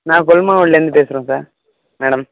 நான் கொல்லுமாங்குடிலேருந்து பேசுகிறேன் சார் மேடம்